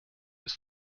ist